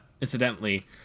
incidentally